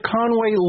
Conway